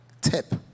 Tip